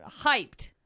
hyped